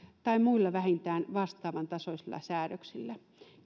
tai muilla vähintään vastaavan tasoisilla säädöksillä